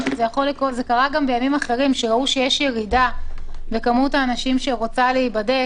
אבל זה קרה גם בימים אחרים כשראו שיש ירידה במספר האנשים שרוצים להיבדק